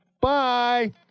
bye